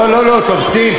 לא לא לא, תופסים.